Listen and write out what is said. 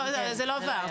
לא עבר.